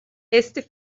este